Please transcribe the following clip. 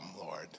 Lord